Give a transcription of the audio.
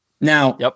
Now